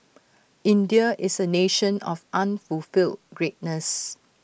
India is A nation of unfulfilled greatness